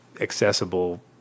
accessible